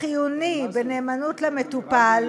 החיוני בנאמנות למטופל,